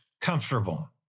comfortable